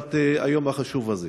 לקראת היום החשוב הזה.